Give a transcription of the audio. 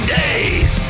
days